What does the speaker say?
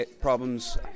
problems